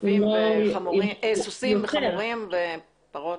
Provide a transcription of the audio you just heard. סוסים וחמורים ופרות?